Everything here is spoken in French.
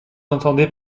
entendez